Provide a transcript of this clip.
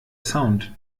sound